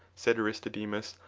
said aristodemus,